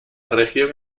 región